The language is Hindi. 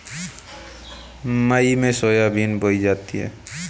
सोयाबीन की फसल को कब बोया जाता है?